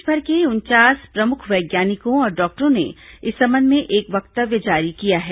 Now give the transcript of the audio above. देशभर के उनचास प्रमुख वैज्ञानिकों और डॉक्टरों ने इस संबंध में एक वक्तव्य जारी किया है